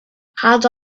had